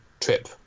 trip